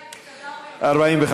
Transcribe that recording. התשע"ו 2016,